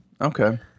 Okay